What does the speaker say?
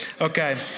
Okay